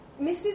Mrs